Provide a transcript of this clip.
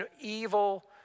evil